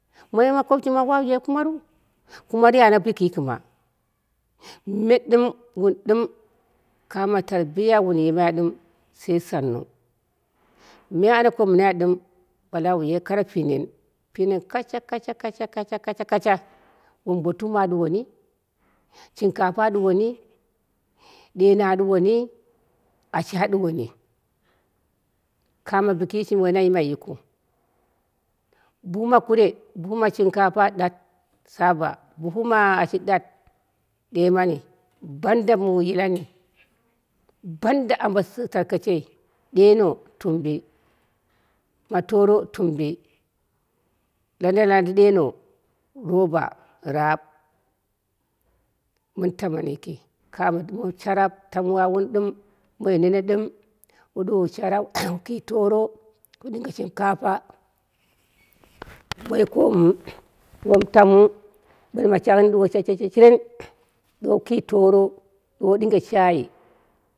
Maimako mɨ auye kumaru, kumari ana bikii kɨma, me ɗɨm wun ɗɨm kame tarbiya mɨ wun yimai ɗɨm sai sannu. me ana ko mɨnai ɗɨm wun ye kare pinen pinen kasha. Kasha kasha kasha kasha, wobo tuma a ɗuwoni, shinkara a ɗuwoni, ɗeno a ɗuwoni, ashi a ɗuwoni. Kame bikii shini woi na yimai yikɨu, bugu ma kugu ma shinkapa ɗat shaba, bugu ma ashi ɗat ɗemani. banda mɨ yilani, banda ambo tarkashei, ɗeno tumbi, ma toro tumbi, landa landa ɗeno roba laap, mɨn tamana yiki, kani a mɨ ɗuwomu sharap tam wawuni ɗɨm moi nene ɗɨm wu ɗuwowu sharap wu ki toro, wu ɗinge shinkapa moi komu, bom tamu bɨla shangni wu ɗuwowu shesheshirem ɗuwowu ki toro wuye shayi.